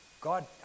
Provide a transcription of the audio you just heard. God